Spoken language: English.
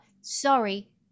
Sorry